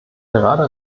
gerade